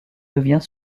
devient